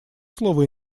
слово